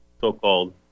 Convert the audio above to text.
so-called